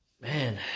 Man